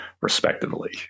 respectively